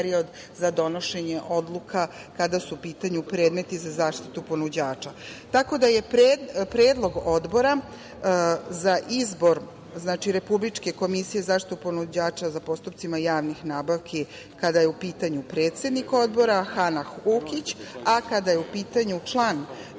za donošenje odluka, kada su u pitanju predmeti za zaštitu ponuđača. Tako da je predlog Odbora za izbor Republičke komisije za zaštitu ponuđača u postupcima javnih nabavki kada je u pitanju predsednik Odbora Hana Hukić, a kada je u pitanju član Jasmina